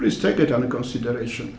restricted under consideration